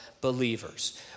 believers